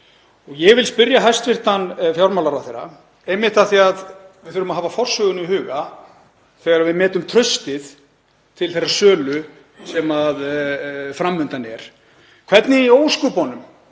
Ég vil spyrja hæstv. fjármálaráðherra, einmitt af því að við þurfum að hafa forsöguna í huga þegar við metum traustið til þeirrar sölu sem fram undan er: Hvernig í ósköpunum